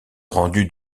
rendu